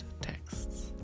texts